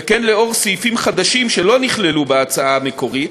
וכן לאור סעיפים חדשים שלא נכללו בהצעה המקורית,